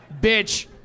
bitch